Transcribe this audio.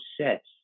sets